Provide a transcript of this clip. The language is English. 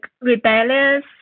rebellious